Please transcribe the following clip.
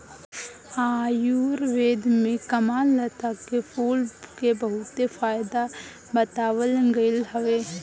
आयुर्वेद में कामलता के फूल के बहुते फायदा बतावल गईल हवे